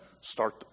start